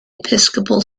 episcopal